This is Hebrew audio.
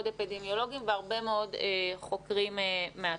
אפידמיולוגים והרבה מאוד חוקרים מהתחום.